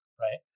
right